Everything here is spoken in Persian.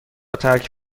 ترک